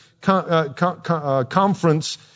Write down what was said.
conference